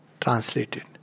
translated